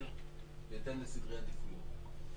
בהתאם לסדרי עדיפויות.